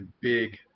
big